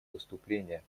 выступления